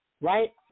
right